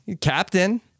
captain